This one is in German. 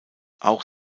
auch